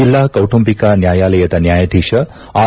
ಜಿಲ್ಲಾ ಕೌಟುಂಬಿಕ ನ್ಯಾಯಾಲಯದ ನ್ಯಾಯಾಧೀಶ ಆರ್